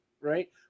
right